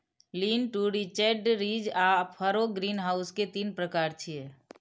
lean to detached, ridge आ furrow greenhouse के तीन प्रकार छियै